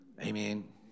Amen